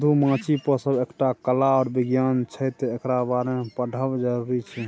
मधुमाछी पोसब एकटा कला आर बिज्ञान छै तैं एकरा बारे मे पढ़ब जरुरी छै